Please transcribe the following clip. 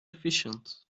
efficient